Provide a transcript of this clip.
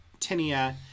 tinia